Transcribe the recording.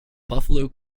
buffalo